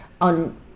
on